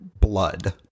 blood